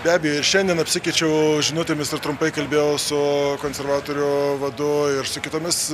be abejo ir šiandien apsikeičiau žinutėmis ir trumpai kalbėjau su konservatorių vadu ir su kitomis